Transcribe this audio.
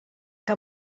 que